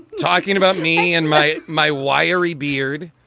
talking about me and my my wiry beard.